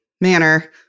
manner